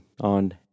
on